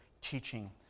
teaching